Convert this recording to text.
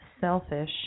selfish